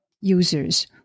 users